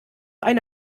eine